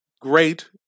great